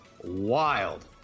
wild